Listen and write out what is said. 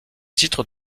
titre